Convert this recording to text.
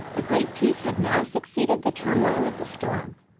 a great peace had now succeeded the turmoil of the storm.